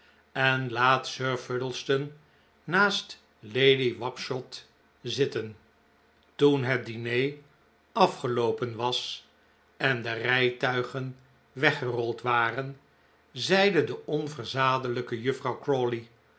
en laat sir fuddleston naast lady wapshot zitten toen het diner afgeloopen was en de rijtuigen weggerold waren zeide de onverzadelijke juffrouw